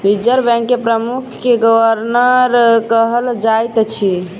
reserve bank के प्रमुख के गवर्नर कहल जाइत अछि